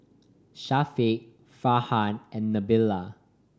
Syafiq Farhan and Nabila